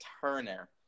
Turner